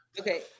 Okay